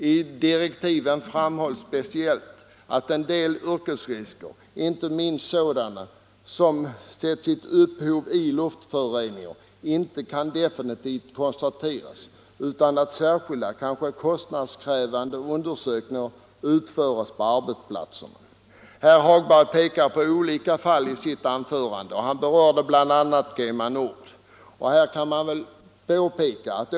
I direktiven framhålls speciellt att en del yrkesrisker, inte minst sådana som har sitt upphov i luftföroreningar, inte kan definitivt konstateras utan att särskilda, kanske kostnadskrävande undersökningar utförs på arbetsplatsen. Herr Hagberg i Borlänge pekade i sitt anförande på olika fall och berörde bl.a. KemaNord.